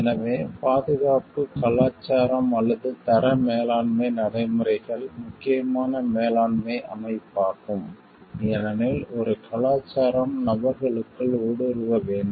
எனவே பாதுகாப்பு கலாச்சாரம் அல்லது தர மேலாண்மை நடைமுறைகள் முக்கியமான மேலாண்மை அமைப்பாகும் ஏனெனில் ஒரு கலாச்சாரம் நபர்களுக்குள் ஊடுருவ வேண்டும்